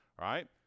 right